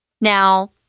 now